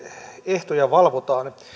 ehtoja valvotaan